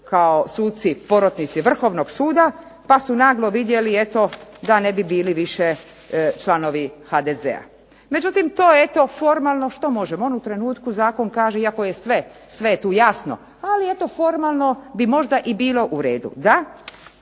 kao suci porotnici Vrhovnog suda, pa su naglo vidjeli eto da ne bi bili više članovi HDZ-a. Međutim to eto formalno što možemo, u onom trenutku zakon kaže, iako je sve, sve je tu jasno, ali eto formalno bi možda i bilo u redu